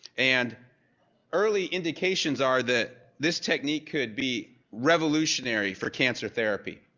and early indications are that this technique could be revolutionary for cancer therapy.